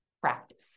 practice